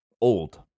Old